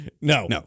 No